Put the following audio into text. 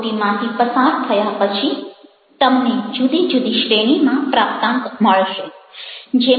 આ કસોટીમાંથી પસાર થયા પછી તમને જુદી જુદી શ્રેણીમાં પ્રાપ્તાંક મળશે